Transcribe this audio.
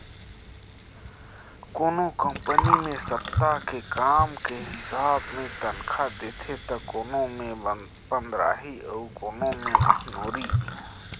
कोनो कंपनी मे सप्ता के काम के हिसाब मे तनखा देथे त कोनो मे पंदराही अउ कोनो मे महिनोरी